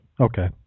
Okay